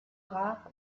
rare